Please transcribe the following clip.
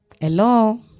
Hello